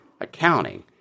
accounting